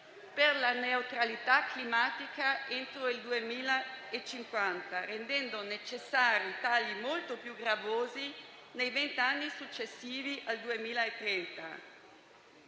per la neutralità climatica entro il 2050, rendendo necessari tagli molto più gravosi nei vent'anni successivi al 2030.